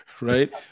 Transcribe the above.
right